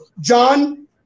John